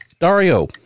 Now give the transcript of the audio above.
Dario